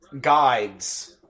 guides